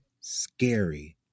scary